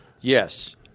Yes